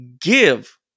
give